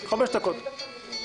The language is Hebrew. חמש דקות.